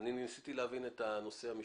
ניסיתי להבין את הנושא המשפטי.